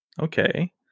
Okay